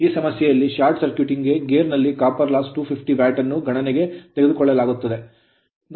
ಈ ಸಮಸ್ಯೆಯಲ್ಲಿ short circuiting gear ನಲ್ಲಿ copper loss ತಾಮ್ರದ ನಷ್ಟಕ್ಕೆ 250 ವ್ಯಾಟ್ ಅನ್ನು ಗಣನೆಗೆ ತೆಗೆದುಕೊಳ್ಳಲಾಗುತ್ತದೆ